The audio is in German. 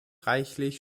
reichlich